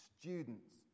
students